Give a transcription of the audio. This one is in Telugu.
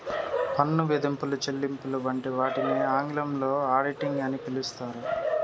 పన్ను విధింపులు, చెల్లింపులు వంటి వాటిని ఆంగ్లంలో ఆడిటింగ్ అని పిలుత్తారు